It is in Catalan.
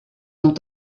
amb